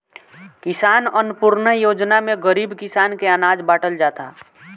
किसान अन्नपूर्णा योजना में गरीब किसान के अनाज बाटल जाता